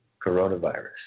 coronavirus